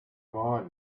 mind